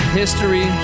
history